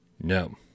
No